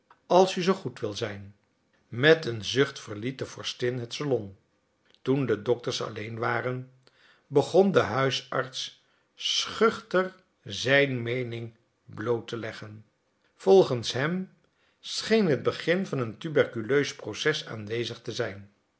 als u zoo goed wil zijn met een zucht verliet de vorstin het salon toen de dokters alleen waren begon de huisarts schuchter zijn meening bloot te leggen volgens hem scheen het begin van een tuberculeus proces aanwezig te zijn